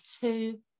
two